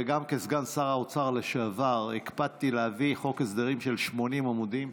גם כסגן שר האוצר לשעבר הקפדתי להביא חוק הסדרים של 80 עמודים.